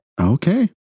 okay